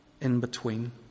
in-between